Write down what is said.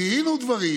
זיהינו דברים